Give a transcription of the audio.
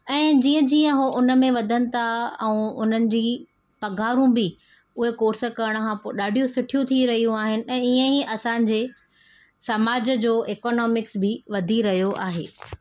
ऐं जीअं जीअं हो उनमें वधनि था ऐं उन्हनि जी पघारूं बि उहे कोर्स करणु खां पोइ ॾाढियूं सुठियूं थी रहियूं आहिनि ऐं इअं असांजी समाज जो एक्नॉमिक्स बि वधी रहियो आहे